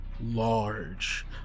large